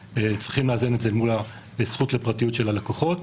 צריכים לאזן את זה מול הזכות לפרטיות של הלקוחות.